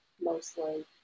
mostly